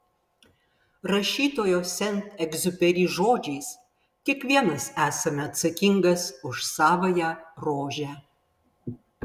rašytojo sent egziuperi žodžiais kiekvienas esame atsakingas už savąją rožę